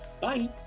bye